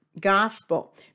gospel